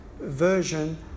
version